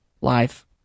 life